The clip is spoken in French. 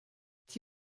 est